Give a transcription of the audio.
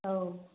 औ